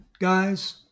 guys